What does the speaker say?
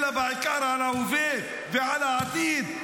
אלא בעיקר על ההווה ועל העתיד,